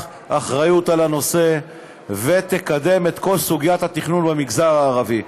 אחריות לנושא ותקדם את כל סוגיית התכנון במגזר הערבי.